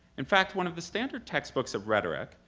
in fact, one of the standard textbooks of rhetoric,